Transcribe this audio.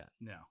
No